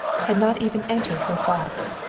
had not even entered her thoughts.